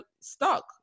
stuck